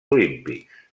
olímpics